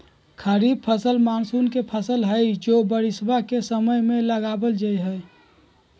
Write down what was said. खरीफ फसल मॉनसून के फसल हई जो बारिशवा के समय में लगावल जाहई